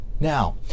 Now